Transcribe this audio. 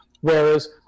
Whereas